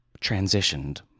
transitioned